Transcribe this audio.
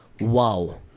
wow